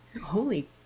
Holy